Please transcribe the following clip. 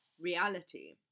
reality